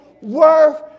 worth